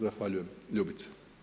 Zahvaljujem Ljubice.